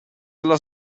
alla